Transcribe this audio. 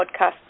Podcast